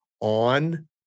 on